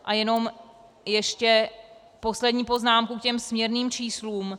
A jenom ještě poslední poznámku k směrným číslům.